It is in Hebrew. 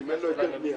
אם אין לו היתר בנייה.